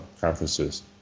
conferences